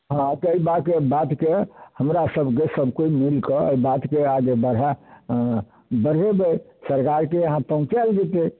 हँ तऽ एहि बात बातके हमरासबके सबकोइ मिलकऽ बातके आगे बढ़ा अँ बढ़ेबै सरकारके यहाँ पहुँचाएल जेतै